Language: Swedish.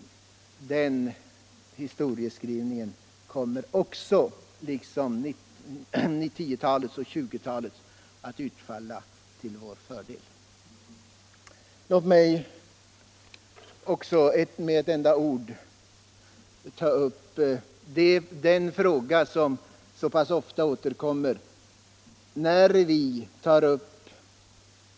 Även den historieskrivningen kommer, säkerligen liksom 1910 och 1920-talets att utfalla till vår fördel. Låt mig också med några ord få ta upp den fråga som så pass ofta återkommer när vi diskuterar